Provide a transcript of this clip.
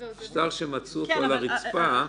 שטר שמצאו אותו על הרצפה,